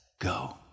go